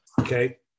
Okay